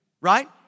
right